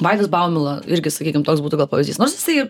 vaidas baumila irgi sakykim toks būtų gal pavyzdys nors jisai ir